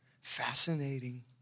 fascinating